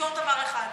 ותזכור דבר אחד: